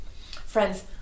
Friends